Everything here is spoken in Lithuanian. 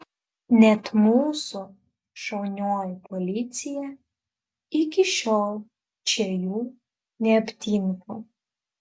net mūsų šaunioji policija iki šiol čia jų neaptinka